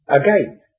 Again